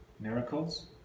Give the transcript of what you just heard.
miracles